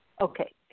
Okay